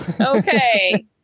Okay